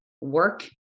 work